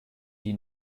die